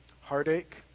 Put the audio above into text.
heartache